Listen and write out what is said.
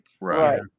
right